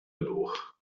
dor